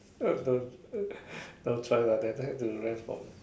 that's the don't try lah that time don't